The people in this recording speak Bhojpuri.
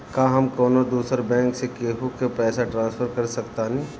का हम कौनो दूसर बैंक से केहू के पैसा ट्रांसफर कर सकतानी?